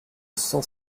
cent